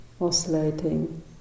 oscillating